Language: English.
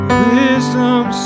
wisdom